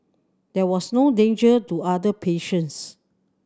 there was no danger to other patients